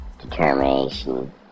determination